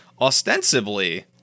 ostensibly